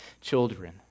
children